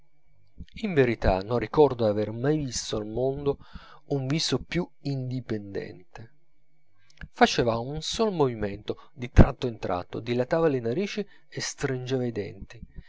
in verità non ricordo d'aver mai visto al mondo un viso più indipendente faceva un solo movimento di tratto in tratto dilatava le narici e stringeva i denti